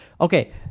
Okay